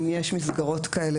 אם יש מסגרות כאלה,